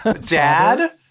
dad